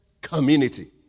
community